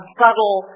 subtle